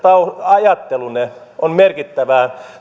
ajattelunne on merkittävää